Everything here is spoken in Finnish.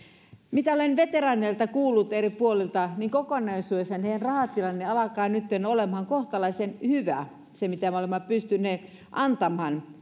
mitä olen veteraaneilta kuullut eri puolilta niin kokonaisuudessaan heidän rahatilanteensa alkaa nytten olemaan kohtalaisen hyvä sen osalta mitä me olemme pystyneet antamaan